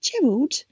Gerald